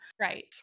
right